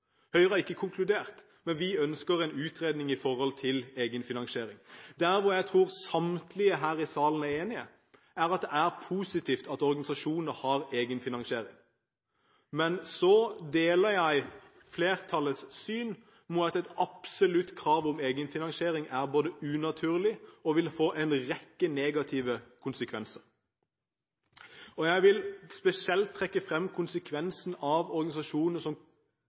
Høyre har ikke konkludert, men vi ønsker en utredning når det gjelder egenfinansiering. Jeg tror samtlige her i salen er enige om at det er positivt at organisasjoner har egenfinansiering. Men jeg deler flertallets syn om at et absolutt krav om egenfinansiering er både unaturlig og vil få en rekke negative konsekvenser. Jeg vil spesielt trekke frem konsekvensen for organisasjoner som til stadighet bruker størsteparten av